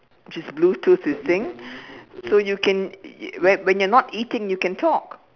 just bluetooth you think so you can when when you are not eating you can talk